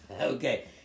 Okay